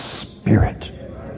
spirit